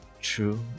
True